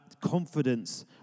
confidence